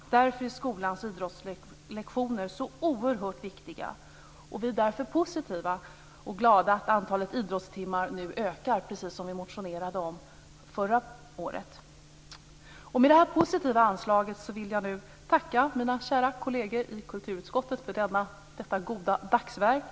Därför är skolans idrottslektioner så oerhört viktiga. Vi är därför positiva och glada över att antalet idrottstimmar nu ökar, precis som vi motionerade om förra året. Med detta positiva anslag vill jag nu tacka mina kära kolleger i kulturutskottet för detta goda dagsverk.